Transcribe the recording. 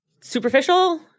Superficial